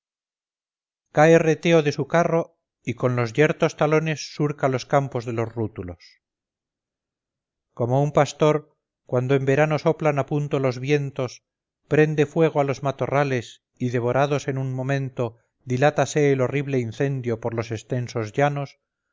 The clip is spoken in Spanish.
cae reteo de su carro y con los yertos talones surca los campos de los rútulos como un pastor cuando en verano soplan a punto los vientos prende fuego a los matorrales y devorados en un momento dilátase el horrible incendio por los extenso llanos